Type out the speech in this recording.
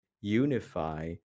unify